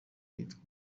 yitwa